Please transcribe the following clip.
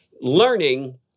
Learning